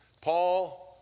Paul